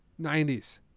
90s